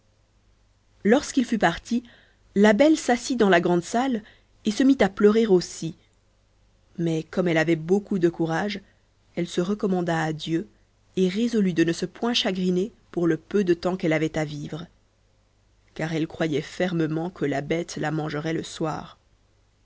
lorsqu'il fut parti la belle s'assit dans la grande salle et se mit à pleurer aussi mais comme elle avait beaucoup de courage elle se recommanda à dieu et résolut de ne point se chagriner pour le peu de temps qu'elle avait à vivre car elle croyait fermement que la bête la mangerait le soir